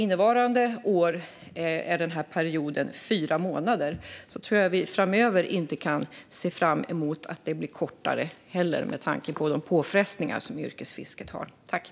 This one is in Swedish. Innevarande år är denna period fyra månader; med tanke på påfrestningarna på yrkesfisket tror jag inte att vi framöver kan se fram emot att den blir kortare.